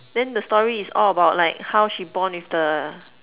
then the story is all about like how she bond with the